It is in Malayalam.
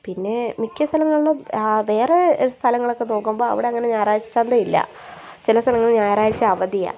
പിന്നെ മിക്ക സ്ഥലങ്ങളിലും വേറെ സ്ഥലങ്ങളൊക്കെ നോക്കുമ്പോൾ അവിടെ അങ്ങനെ ഞായറാഴ്ച ചന്തയില്ല ചില സ്ഥലങ്ങളിൽ ഞായറാഴ്ച് അവധിയാണ്